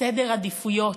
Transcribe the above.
סדר עדיפויות.